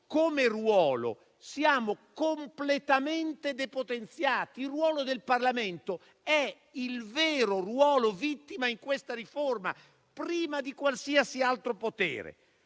come ruolo siamo completamente depotenziati. Il ruolo del Parlamento è la vera vittima in questa riforma, prima di qualsiasi altro potere.